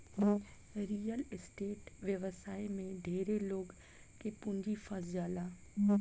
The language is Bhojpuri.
रियल एस्टेट व्यवसाय में ढेरे लोग के पूंजी फंस जाला